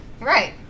right